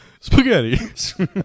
Spaghetti